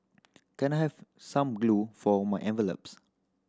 can I have some glue for my envelopes